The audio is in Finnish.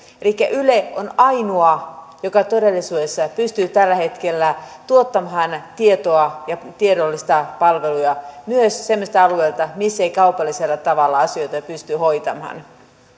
yle on ainoa joka todellisuudessa pystyy tällä hetkellä tuottamaan tietoa ja tiedollisia palveluja myös semmoisilta alueilta missä ei kaupallisella tavalla asioita pysty hoitamaan